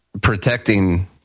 protecting